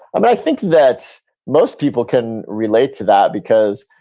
but i think that most people can relate to that. because